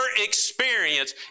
experience